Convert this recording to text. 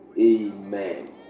Amen